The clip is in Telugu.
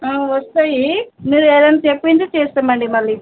ఆ వస్తాయి మీరు ఏదన్నా చెప్పిందే చేస్తామండి మళ్ళీ